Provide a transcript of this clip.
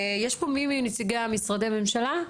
יש פי מי מנציגי משרדי הממשלה?